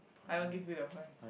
I won't give you the point